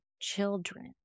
children